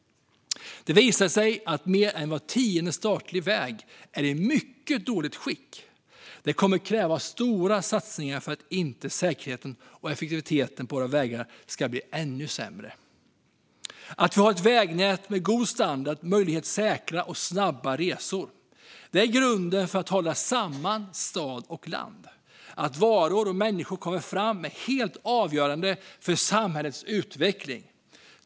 Det visar sig att mer än var tionde statlig väg är i mycket dåligt skick. Det kommer att krävas stora satsningar för att säkerheten och effektiviteten på våra vägar inte ska bli ännu sämre. Att vi har ett vägnät med god standard möjliggör säkra och snabba resor. Det är grunden för att hålla samman stad och land. Att varor och människor kommer fram är helt avgörande för samhällets utveckling.